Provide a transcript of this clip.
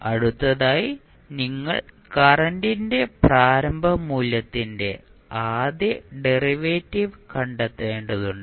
അടുത്തതായി നിങ്ങൾ കറന്റിന്റെ പ്രാരംഭ മൂല്യത്തിന്റെ ആദ്യ ഡെറിവേറ്റീവ് കണ്ടെത്തേണ്ടതുണ്ട്